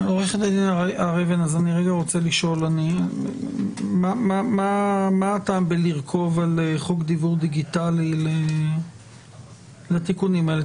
אני רוצה לשאול מה הטעם ברכיבה על חוק דיוור דיגיטלי לתיקונים האלה?